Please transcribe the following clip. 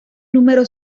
número